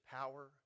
power